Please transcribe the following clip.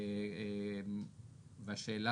השאלה